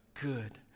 good